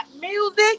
music